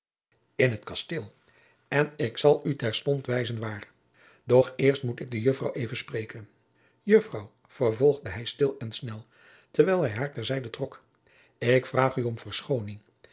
in het kasteel en ik zal u terstond wijzen waar doch eerst moet ik de juffrouw even spreken juffrouw vervolgde hij stil en snel terwijl hij haar ter zijde trok ik vraag u om